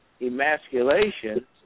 emasculation